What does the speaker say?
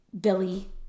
Billy